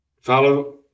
follow